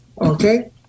Okay